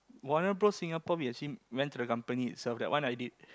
Warner-Bros Singapore we actually went to the company itself that one I did